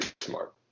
smart